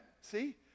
See